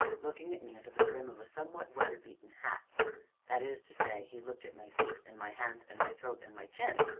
looking at me under the brim of a somewhat weather-beaten hat that is to say, he looked at my feet and my hands and my throat and my chin,